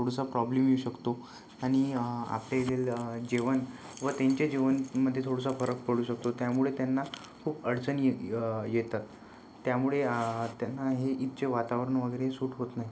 थोडासा प्रॉब्लेम येऊ शकतो आणि आपल्या येथील जेवण व त्यांचे जेवणामध्ये थोडासा फरक पडू शकतो त्यामुळे त्यांना खूप अडचणी ये येतात त्यामुळे त्यांना हे इथचे वातावरण वगैरे सूट होत नाही